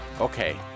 Okay